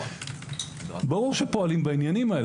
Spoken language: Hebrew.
ברור שפועלים בעניינים האלה,